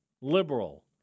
liberal